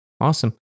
awesome